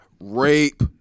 rape